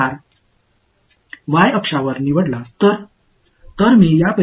எனவே நான் இந்த r ஐ y அச்சில் இருக்க தேர்வு செய்தால்